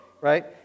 Right